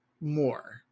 more